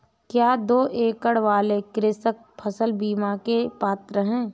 क्या दो एकड़ वाले कृषक फसल बीमा के पात्र हैं?